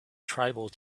tribal